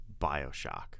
Bioshock